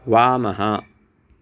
वामः